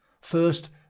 first